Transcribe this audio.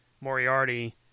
Moriarty